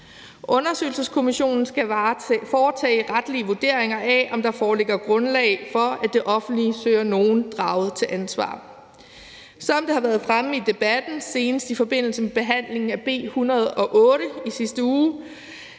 Undersøgelseskommissionen skal foretage retlige vurderinger af, om der foreligger grundlag for, at det offentlige søger nogen draget til ansvar. Som det har været fremme i debatten, senest i forbindelse med behandlingen af B 108 i sidste uge,